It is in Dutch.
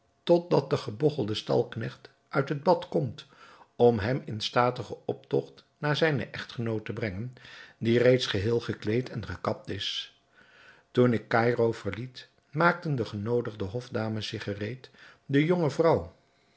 dat de gebogchelde stalknecht uit het bad komt om hem in statigen optogt naar zijne echtgenoot te brengen die reeds geheel gekleed en gekapt is toen ik caïro verliet maakten de genoodigde hofdames zich gereed de jonge vrouw